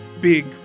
big